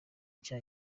nshya